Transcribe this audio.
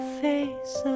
face